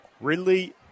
Ridley